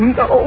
no